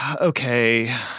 Okay